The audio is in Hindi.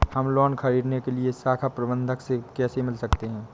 हम लोन ख़रीदने के लिए शाखा प्रबंधक से कैसे मिल सकते हैं?